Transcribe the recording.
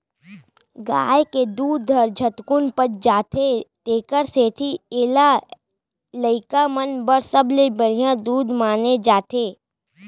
गाय के दूद हर झटकुन पच जाथे तेकर सेती एला लइका मन बर सबले बड़िहा दूद माने जाथे